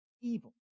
evil